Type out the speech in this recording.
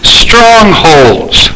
strongholds